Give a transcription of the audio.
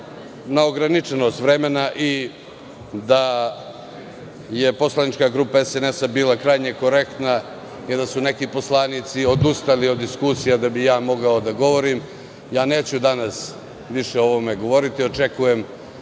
na ograničenost vremena i da je poslanička grupa SNS bila krajnje korektna i da su neki poslanici odustali od diskusija da bih ja mogao da govorim, neću danas više o ovome govoriti, jer očekujem